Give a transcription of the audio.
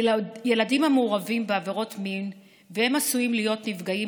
ילדים המעורבים בעבירות מין והם עשויים להיות נפגעים,